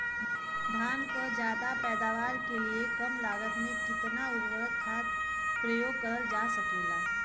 धान क ज्यादा पैदावार के लिए कम लागत में कितना उर्वरक खाद प्रयोग करल जा सकेला?